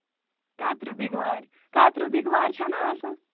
کَتریو بِگوارِ کَتریو بِگوارِ چھےٚ نا آسان